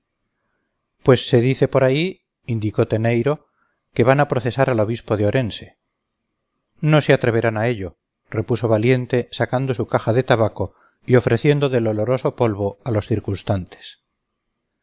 pues se dice por ahí indicó teneyro que van a procesar al obispo de orense no se atreverán a ello repuso valiente sacando su caja de tabaco y ofreciendo del oloroso polvo a los circunstantes